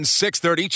6.30